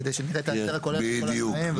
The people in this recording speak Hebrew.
כדי שנראה את ההיתר הכולל של כל הכללים.